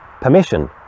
permission